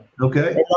Okay